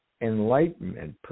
enlightenment